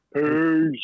Peace